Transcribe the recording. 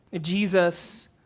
Jesus